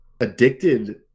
addicted